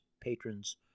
patrons